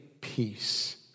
peace